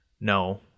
No